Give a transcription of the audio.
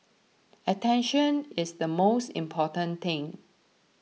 attention is the most important thing